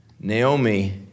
Naomi